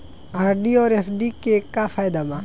RD आउर FD के का फायदा बा?